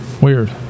Weird